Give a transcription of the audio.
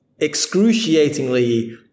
excruciatingly